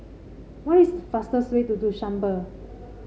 what is the fastest way to Dushanbe